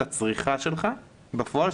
הקורונה מהתחשבנות.